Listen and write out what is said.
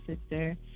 sister